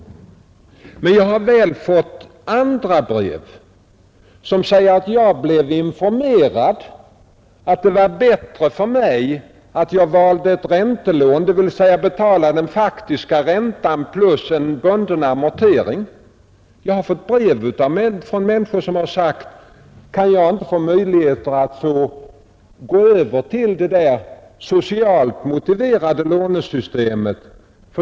” Däremot har jag fått brev från människor som säger: ”Jag blev felaktigt informerad om att det var bättre för mig att välja ett räntelån, dvs. att betala den faktiska räntan plus en bunden amortering. Kan jag inte nu få möjlighet att gå över till det socialt motiverade lånesystemet?